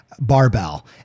barbell